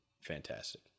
fantastic